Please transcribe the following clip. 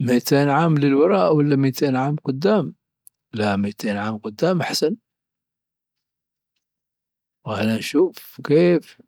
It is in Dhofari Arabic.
ميتين عام للوراء والا ميتين عام قدام؟ لا ميتين عام قدام أحسن. بغينا نشوف كيف